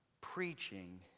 preaching